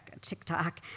TikTok